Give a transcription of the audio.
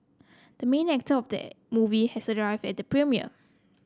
the main actor of the movie has arrived at the premiere